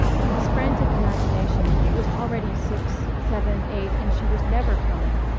to his frantic imagination it was already six seven eight, and she was never coming!